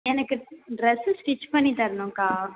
எனக்கு dress stitch பண்ணி தரணும்க்கா